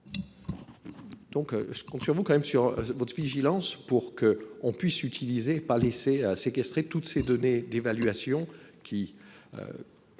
même sur votre vigilance pour que l'on puisse utiliser et ne pas laisser séquestrer toutes ces données d'évaluation qui